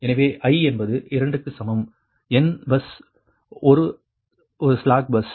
எனவே i என்பது 2 க்கு சமம் n பஸ் 1 ஒரு ஸ்லாக் பஸ்